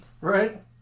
Right